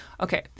Okay